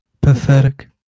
Pathetic